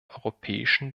europäischen